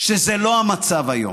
שזה לא המצב היום,